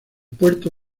puerto